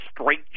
straight